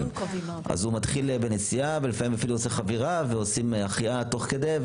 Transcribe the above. אז הוא מתחיל בנסיעה ולפעמים עושים חבירה ועושים החייאה תוך כדי,